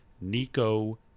Nico